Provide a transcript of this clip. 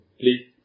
please